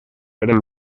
eren